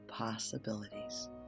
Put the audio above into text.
possibilities